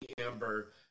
Amber